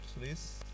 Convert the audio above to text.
please